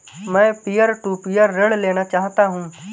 मैं peer to peer ऋण लेना चाहता हूँ